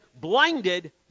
blinded